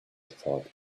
thought